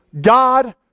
God